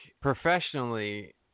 Professionally